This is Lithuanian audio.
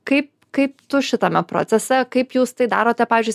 kaip kaip tu šitame procese kaip jūs tai darote pavyzdžiui